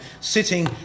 sitting